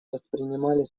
воспринимали